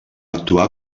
actuar